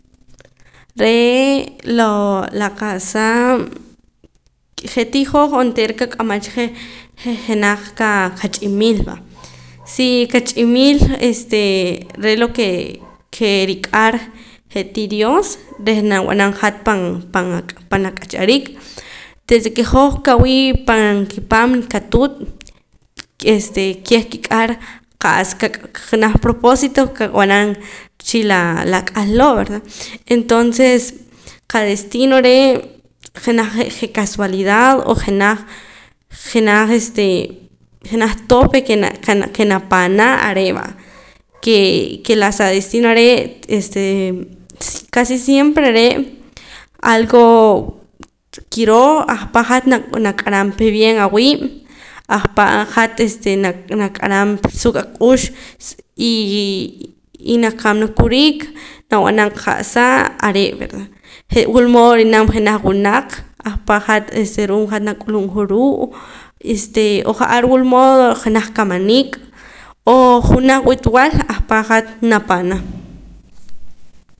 Re' lo la qa'sa je'tii hopj onteera qak'amam cha je' je' jenaj qach'imiil va si qach'imiil este re' lo ke je' riqa'r je'tii dios reh nab'anam hat pan pan ak'achariik desde ke hoj kawii' pan kipaam qatuut este keh nkik'ar qa'sa ka janaj propósito qab'aram chii laa la ak'al loo' verdad entonces qadestino re' je' jenaj casualidad o jenaj jenaj este jenaj tope ke ke napana are' va ke ke la sa destino are' este casi siempre re' algo kiroo ahpa' hat nak'aram pa bien awiib' ahpa' hat este na nak'aram suq ak'ux y nakamana kurik nab'anam qa'sa are' verdad je' wulmood ri'nam jenaj wunaq ahpa' hat este ru'uum hat nak'ulub'ja ruu' este ja'ar wulmodo jenaj kamanik o junaj witb'al ahpa' hat napana